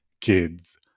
kids